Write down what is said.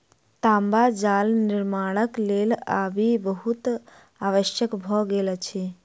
तांबा जाल निर्माणक लेल आबि बहुत आवश्यक भ गेल अछि